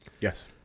Yes